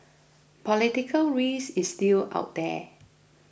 political risk is still out there